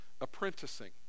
apprenticing